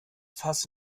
fass